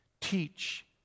teach